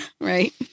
right